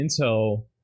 Intel